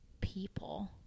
people